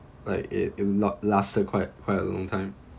like it it will lo~ lasted quite quite a long time